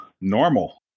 normal